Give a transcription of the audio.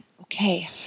okay